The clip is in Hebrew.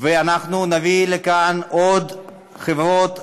ואנחנו נביא לכאן עוד חברות R&D,